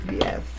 Yes